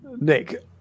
Nick